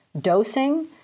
dosing